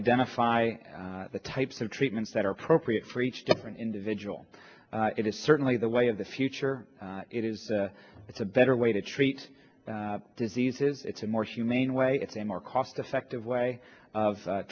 identify the types of treatments that are appropriate for each different individual it is certainly the way of the future it is it's a better way to treat diseases it's a more humane way it's a more cost effective way of